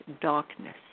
darkness